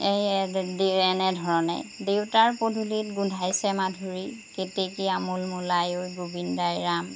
এই এনেধৰণে দেউতাৰ পদূলিত গোন্ধাইছে মাধুৰী কেতেকী আমোলমোলাই ঐ গোবিন্দাই ৰাম